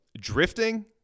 Drifting